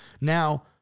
Now